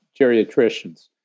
geriatricians